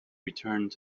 returned